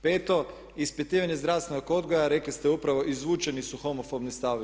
Peto, ispitivanje zdravstvenog odgoja rekli ste upravo izvučeni su homofobni stavovi.